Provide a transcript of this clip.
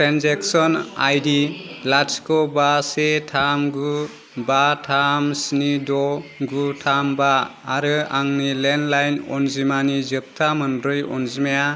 transaction I D लाथिख' बा से थाम गु बा थाम स्नि द' गु थाम बा आरो आंनि लेन्डलाइन अनजिमानि जोबथा मोनब्रै अनजिमाया